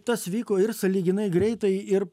tas vyko ir sąlyginai greitai ir